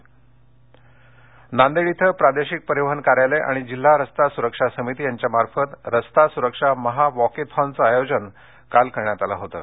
walkathon Nanded Nanded इथ प्रादेशिक परिवहन कार्यालय आणि जिल्हा रस्ता सुरक्षा समिती यांच्यामार्फत रस्ता सुरक्षा महा वॉकेथॉनचं आयोजन काल करण्यात आलं होतं